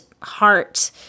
heart